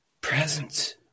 presence